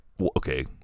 okay